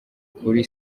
kuri